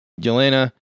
Yelena